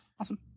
Awesome